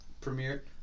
Premiere